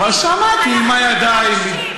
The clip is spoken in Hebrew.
אבל שמעתי, עם הידיים.